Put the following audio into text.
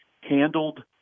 handled